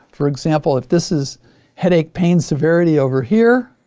for example, if this is headache pain severity over here,